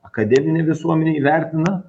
akademinė visuomenė įvertina